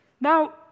Now